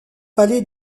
palais